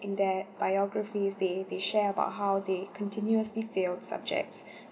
in their biographies they they share about how they continuously failed subjects